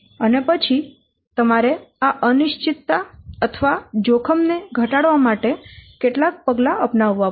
અને પછી તમારે આ અનિશ્ચિતતા અથવા જોખમ ને ઘટાડવા માટે કેટલાક પગલાં અપનાવવા પડશે